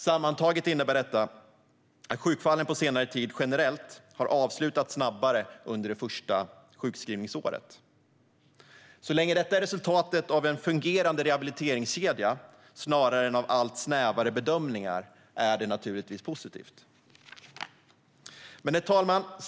Sammantaget innebär detta att sjukfallen på senare tid generellt har avslutats snabbare under det första sjukskrivningsåret. Så länge detta är ett resultat av en fungerande rehabiliteringskedja, snarare än av allt snävare bedömningar, är det naturligtvis positivt. Herr talman!